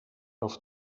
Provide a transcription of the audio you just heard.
auf